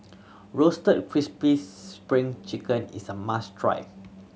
Roasted Crispy Spring Chicken is a must try